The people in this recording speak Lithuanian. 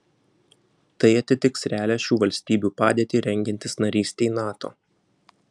tai atitiks realią šių valstybių padėtį rengiantis narystei nato